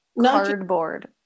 cardboard